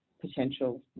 potential